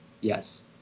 Yes